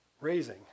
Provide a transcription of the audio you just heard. raising